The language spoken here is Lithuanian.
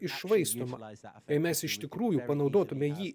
iššvaistoma mažiau nei mes iš tikrųjų panaudotumėme jį